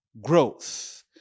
growth